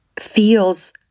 feels